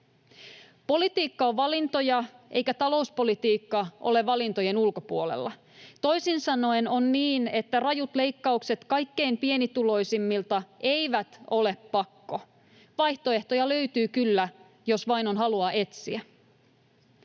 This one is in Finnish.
Politiikka on valintoja, eikä talouspolitiikka ole valintojen ulkopuolella. Toisin sanoen on niin, että rajut leikkaukset kaikkein pienituloisimmilta eivät ole pakko — vaihtoehtoja löytyy kyllä, jos vain on halua etsiä.